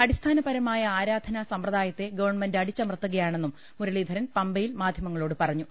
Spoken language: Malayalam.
അടിസ്ഥാനപരമായ ആരാധനാ സമ്പ്രദാ യത്തെ ഗവൺമെന്റ് അടിച്ചമർത്തുകയാണെന്നും മുരളീധരൻ പമ്പയിൽ മാധ്യമങ്ങളോട് പറഞ്ഞു